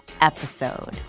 episode